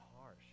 harsh